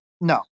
No